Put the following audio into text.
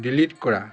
delete কৰা